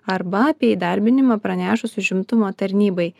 arba apie įdarbinimą pranešus užimtumo tarnybai